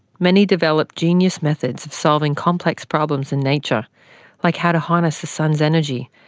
many developed genius methods of solving complex problems in nature like how to harness the sun's energy,